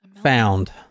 found